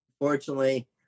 unfortunately